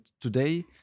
today